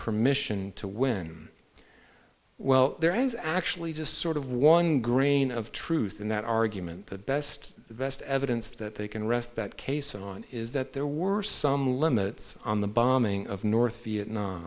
permission to win well there is actually just sort of one grain of truth in that argument the best the best evidence that they can rest that case on is that there were some limits on the bombing of north vietnam